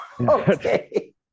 Okay